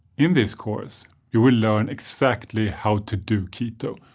in this course you will learn exactly how to do keto,